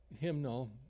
hymnal